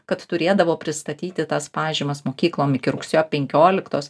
kad turėdavo pristatyti tas pažymas mokyklom iki rugsėjo penkioliktos